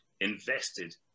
invested